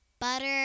butter